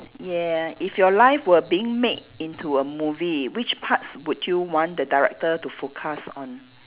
ya if your life were being made into a movie which parts would you want the director to focus on